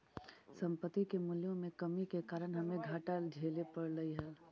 संपत्ति के मूल्यों में कमी के कारण हमे घाटा झेले पड़लइ हल